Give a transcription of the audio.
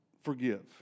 forgive